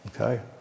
Okay